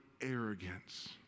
arrogance